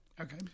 Okay